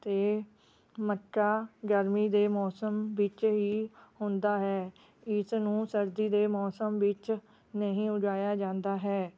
ਅਤੇ ਮੱਕਾ ਗਰਮੀ ਦੇ ਮੌਸਮ ਵਿੱਚ ਹੀ ਹੁੰਦਾ ਹੈ ਇਸਨੂੰ ਸਰਦੀ ਦੇ ਮੌਸਮ ਵਿੱਚ ਨਹੀਂ ਉਗਾਇਆ ਜਾਂਦਾ ਹੈ